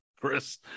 Chris